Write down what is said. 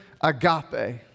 agape